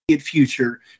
future